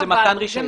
זה מתן רישיון.